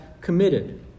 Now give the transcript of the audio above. committed